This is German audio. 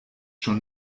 schon